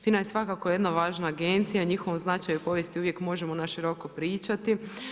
FINA je svakako jedna važna agencija, njihovu značaju povijesti, uvijek možemo naširoko pričati.